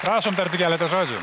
prašom tarti keletą žodžių